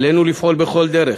עלינו לפעול בכל דרך,